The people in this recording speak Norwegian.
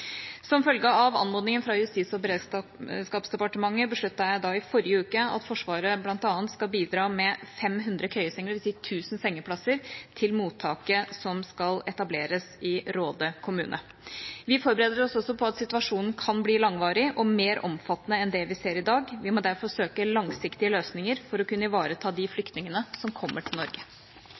Som følge av anmodningen fra Justis- og beredskapsdepartementet besluttet jeg i forrige uke at Forsvaret bl.a. skal bidra med 500 køyesenger, dvs. 1 000 sengeplasser til mottaket som skal etableres i Råde kommune. Vi forbereder oss også på at situasjonen kan bli langvarig og mer omfattende enn det vi ser i dag. Vi må derfor søke langsiktige løsninger for å kunne ivareta de flyktningene som kommer til Norge.